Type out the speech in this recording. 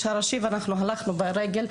הראשי ואנחנו הלכנו לבית הספר ברגל,